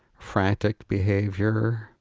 frantic behavior,